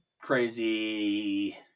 crazy